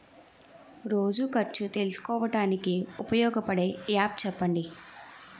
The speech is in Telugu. రోజు ఖర్చు తెలుసుకోవడానికి ఉపయోగపడే యాప్ చెప్పండీ?